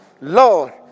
Lord